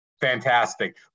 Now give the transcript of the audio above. Fantastic